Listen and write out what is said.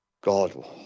god